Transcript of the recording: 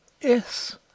Yes